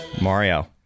Mario